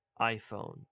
iPhone